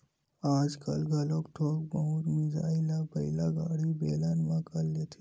आजकाल घलोक थोक बहुत मिजई ल बइला गाड़ी, बेलन म कर लेथे